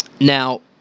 Now